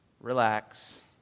relax